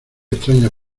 extrañas